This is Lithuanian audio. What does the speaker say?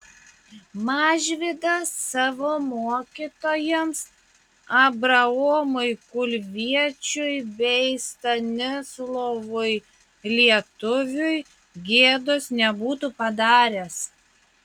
mažvydas savo mokytojams abraomui kulviečiui bei stanislovui lietuviui gėdos nebūtų padaręs